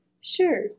Sure